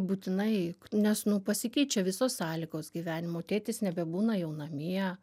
būtinai nes nu pasikeičia visos sąlygos gyvenimo tėtis nebebūna jau namie